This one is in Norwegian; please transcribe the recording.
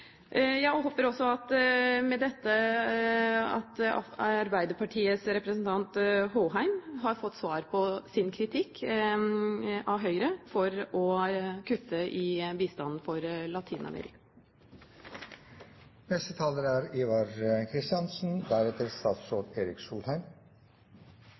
Jeg håper med dette at også Arbeiderpartiets representant Håheim har fått svar på sin kritikk av Høyre om at vi kutter i bistanden